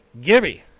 Gibby